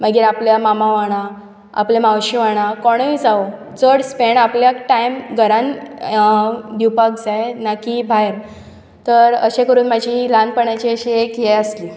मागीर आपल्या मामा वांगडा आपल्या मावशे वांगडा कोणय जावं चड स्पेंड आपल्याक टायम घरांत दिवपाक जाय ना की भायर तर अशे करून म्हजी ल्हानपणाची एक हें आसली